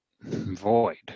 void